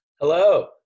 Hello